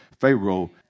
Pharaoh